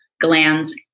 glands